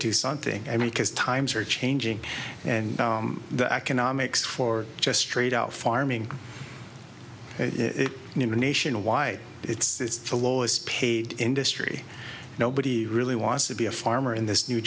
do something i mean because times are changing and the economics for just straight out farming nationwide it's the lowest paid industry nobody really wants to be a farmer in this new